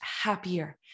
happier